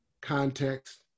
context